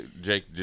Jake